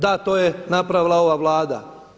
Da to je napravila ova Vlada.